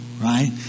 Right